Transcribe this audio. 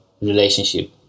relationship